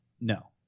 no